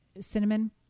cinnamon